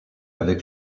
avec